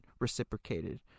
reciprocated